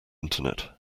internet